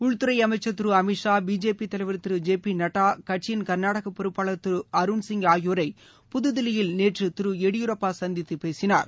உள்துறை அமைச்சர் திரு அமித்ஷா பிஜேபி தலைவர் திரு ஜேபி நட்டா கட்சியின் கர்நாடக பொறுப்பாளர் திரு அருண் சிங் ஆகியோரை புதுதில்லியில் நேற்று திரு எடியூரப்பா சந்தித்து பேசினார்